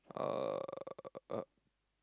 uh